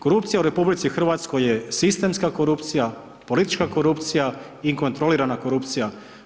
Korupcija u RH je sistemska korupcija, politička korupcija i kontrolirala korupcija.